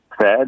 fed